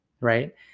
right